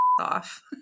off